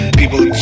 people